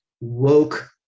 woke